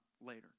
later